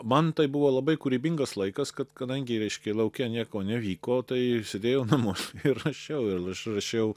man tai buvo labai kūrybingas laikas kad kadangi reiškia lauke nieko nevyko tai sėdėjau namuose ir rašiau ir aš rašiau